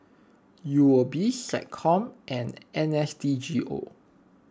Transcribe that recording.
U O B SecCom and N S D G O